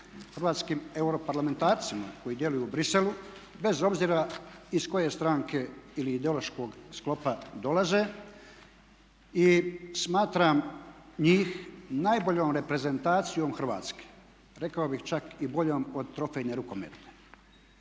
hrvatskim europarlamentarcima koji djeluju u Briselu bez obzira iz koje stranke ili ideološkog sklopa dolaze. I smatram njih najboljom reprezentacijom Hrvatske, rekao bih čak i boljom od trofejne rukometne.